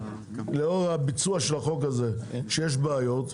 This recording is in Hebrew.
לאור הביצוע של החוק הזה שיש בעיות,